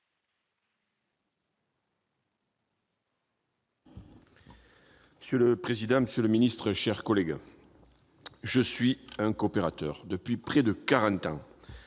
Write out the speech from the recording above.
Monsieur le président, monsieur le ministre, mes chers collègues, je suis un coopérateur depuis près de quarante